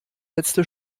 letzte